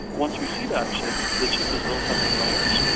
once we see that chip, the chip is built up in layers,